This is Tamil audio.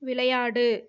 விளையாடு